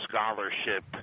scholarship